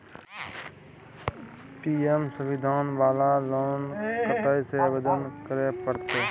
PM Svanidhi वाला loan कत्ते से आवेदन करे परतै?